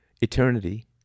Eternity